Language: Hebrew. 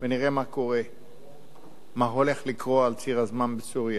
ונראה מה קורה, מה הולך לקרות על ציר הזמן בסוריה,